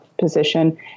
position